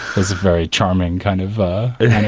there's a very charming kind of